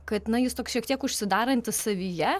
kad na jis toks šiek tiek užsidarantis savyje